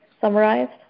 summarized